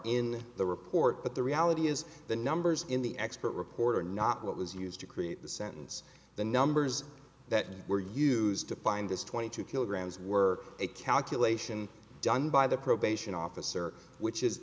in the report but the reality is the numbers in the expert report are not what was used to create the sentence the numbers that were used to find this twenty two kilograms were a calculation done by the probation officer which is